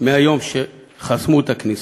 מהיום שחסמו את הכניסה.